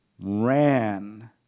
ran